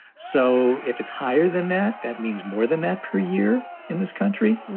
so if it's higher than that, that means more than that per year in this country.